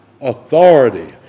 authority